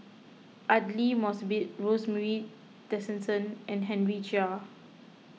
Aidli Mosbit Rosemary Tessensohn and Henry Chia